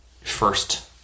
first